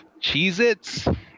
Cheez-Its